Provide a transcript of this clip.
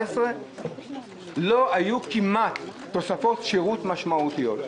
מ-2017 לא היו כמעט תוספות שירות משמעותיות.